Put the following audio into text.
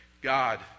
God